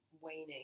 waning